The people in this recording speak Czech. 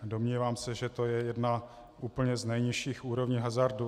Domnívám se, že je to jedna z úplně nejnižších úrovní hazardu.